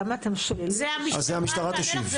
למה אתם שוללים --- על זה המשטרה תענה לך.